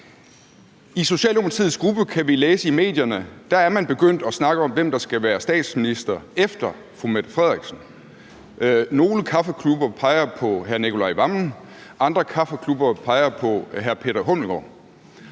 kan vi læse i medierne, er man begyndt at snakke om, hvem der skal være statsminister efter fru Mette Frederiksen. Nogle kaffeklubber peger på hr. Nicolai Wammen, andre kaffeklubber peger på hr. Peter Hummelgaard.